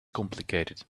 complicated